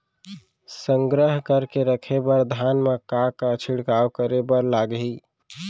संग्रह करके रखे बर धान मा का का छिड़काव करे बर लागही?